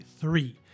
three